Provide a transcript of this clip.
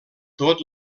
tot